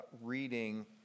reading